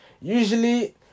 usually